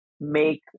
make